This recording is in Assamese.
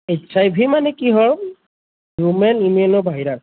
এইচ আই ভি মানে কি হয় হিউমেন ইমিউনো ভাইৰাছ